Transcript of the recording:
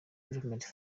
development